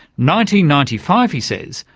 ninety ninety five, he says,